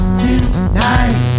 tonight